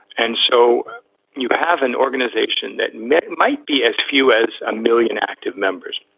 and so you have an organization that men might be as few as a million active members.